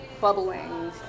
bubbling